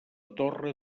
torre